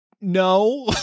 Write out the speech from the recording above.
No